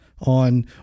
on